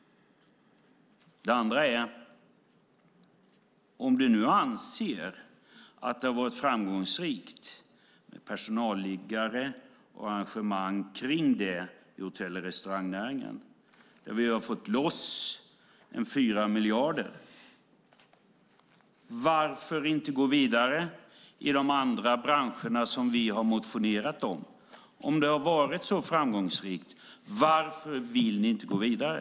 Det andra är: Om du nu anser att det har varit framgångsrikt med personalliggare och arrangemang kring det i hotell och restaurangnäringen, där vi har fått loss 4 miljarder, varför inte gå vidare i de andra branscherna som vi har motionerat om? Om det har varit så framgångsrikt, varför vill ni inte gå vidare?